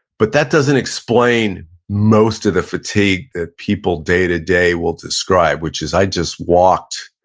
but that doesn't explain most of the fatigue that people day-to-day will describe which is, i just walked